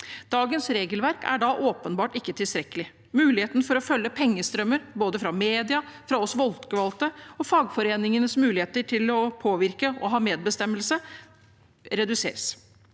Dagens regelverk er åpenbart ikke tilstrekkelig. Muligheten til å følge pengestrømmer både for media og folkevalgte, og fagforeningenes mulighet til å påvirke og å ha medbestemmelse reduseres.